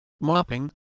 mopping